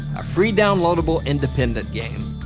a free downloadable independent game.